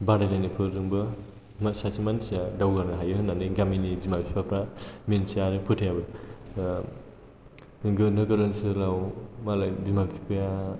बादाय लायनायफोरजोंबो सासे मानसिया दावगानो हायो होननानै गामिनि बिमा बिफाफोरा मिन्थिया आरो फोथायाबो नोगोर ओनसोलाव मालाय बिमा बिफाया